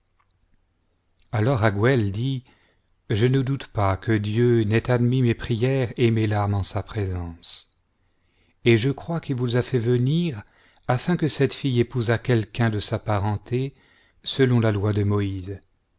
alors raguël dit je ne doute pas que dieu n'ait admis mes prières et mes larmes en sa présence et je crois qu'il vous a fait venir afin que cette fille épousât quelqu'un de sa parenté selon la loi de moïse